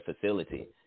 facility